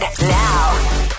now